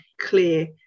clear